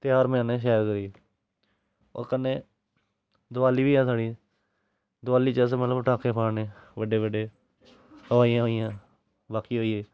ध्यार मनाने शैल करियै होर कन्नै दवाली बी ऐ साढ़ी दवाली च अस मतलब पटाके फाड़ने बड्डे बड्डे हवाइयां वाइयां बाकी होई गे